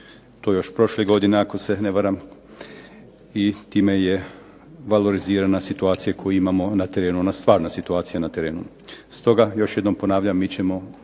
i to još prošle godine ako se ne varam i time je valorizirana situacija koju imamo na terenu, ona stvarna situacija na terenu. Stoga još jednom ponavljam mi ćemo